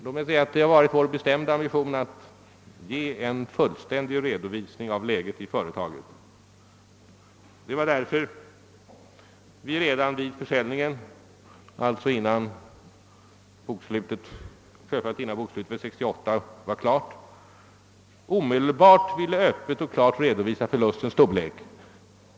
Låt mig säga att det varit vår bestämda ambition att ge en fullständig redovisning av läget i företaget. Det var därför vi redan vid försäljningen — alltså innan bokslutet för 1968 var klart — ville öppet redovisa förlustens storlek.